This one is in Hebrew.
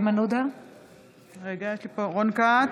בעד רון כץ,